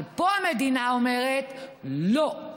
אבל פה המדינה אומרת: לא,